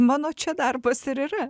mano čia darbas ir yra